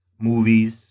movies